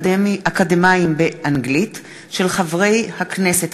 התשע"ד 2014, מאת חברי הכנסת